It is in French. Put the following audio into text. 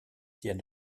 tiers